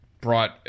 brought